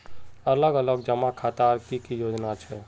अलग अलग जमा खातार की की योजना छे?